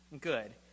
good